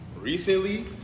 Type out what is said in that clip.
recently